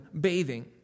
bathing